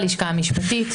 הלשכה המשפטית.